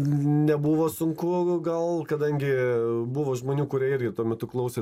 nebuvo sunku gal kadangi buvo žmonių kurie irgi tuo metu klausė